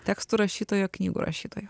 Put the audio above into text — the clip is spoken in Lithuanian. tekstų rašytojo knygų rašytoju